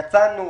יצאנו